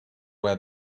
where